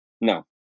no